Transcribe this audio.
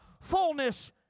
fullness